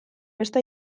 beste